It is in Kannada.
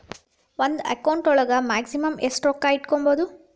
ಒಂದು ಅಕೌಂಟ್ ಒಳಗ ಮ್ಯಾಕ್ಸಿಮಮ್ ಎಷ್ಟು ರೊಕ್ಕ ಇಟ್ಕೋಬಹುದು?